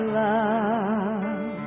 love